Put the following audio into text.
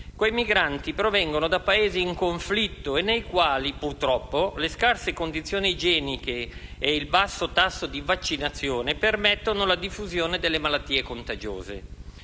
Quei migranti provengono da Paesi in conflitto e nei quali, purtroppo, le scarse condizioni igieniche e il basso tasso di vaccinazione permettono la diffusione delle malattie contagiose.